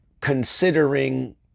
considering